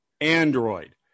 Android